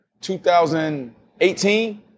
2018